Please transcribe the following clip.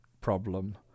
problem